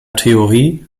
theorie